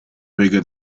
bigger